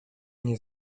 nie